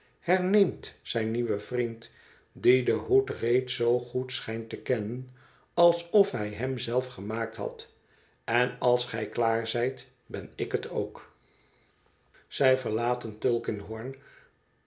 herneemt zijn nieuwe vriend die den hoed reeds zoo goed schijnt te kennen alsof hij hem zelf gemaakt had en als gij klaar zijt ben ik het ook zij verlaten